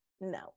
no